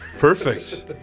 Perfect